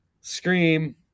Scream